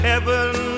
Heaven